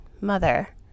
mother